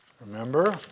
remember